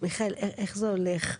מיכאל, איך זה הולך?